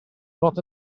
not